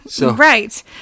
Right